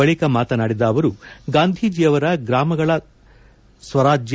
ಬಳಿಕ ಮಾತನಾಡಿದ ಅವರು ಗಾಂಧೀಜಿಯವರ ಗ್ರಾಮ ಸ್ವರಾಜ್ಯ